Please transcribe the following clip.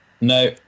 no